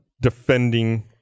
defending